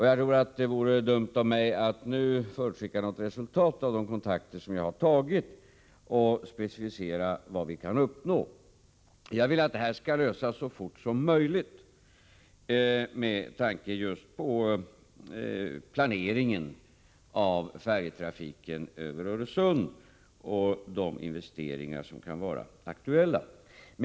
Jag tror att det vore dumt av mig att nu förutskicka något resultat av de kontakter som jag har tagit och specificera vad vi kan uppnå. Jag vill att frågan skall lösas så fort som möjligt, med tanke just på planeringen av färjetrafiken över Öresund och de investeringar som kan vara aktuella.